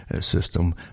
system